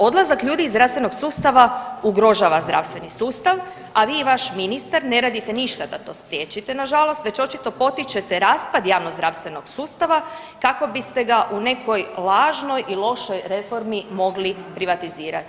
Odlazak ljudi iz zdravstvenog sustava ugrožava zdravstveni sustav, a vi i vaš ministar ne radite ništa da to spriječite nažalost već očito potičete raspad javnozdravstvenog sustava kako biste ga u nekoj lažnoj i lošoj reformi mogli privatizirati.